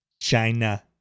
China